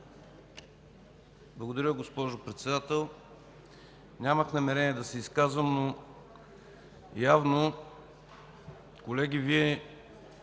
Благодаря, госпожо Председател. Нямах намерение да се изказвам, но явно, колеги, Вие